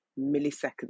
milliseconds